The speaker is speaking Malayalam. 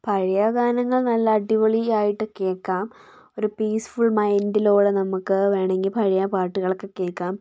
പഴയ ഗാനങ്ങൾ നല്ല അടിപൊളിയായിട്ട് കേക്കാം ഒരു പീസ്ഫുൾ മൈൻ്റിലൂടെ നമുക്ക് വേണമെങ്കിൽ പഴയ പാട്ടുകൾ ഒക്കെ കേൾക്കാം